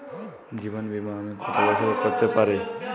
জীবন বীমা আমি কতো বছরের করতে পারি?